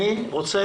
אני רוצה